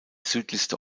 südlichste